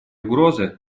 угрозы